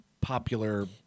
popular